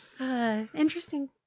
interesting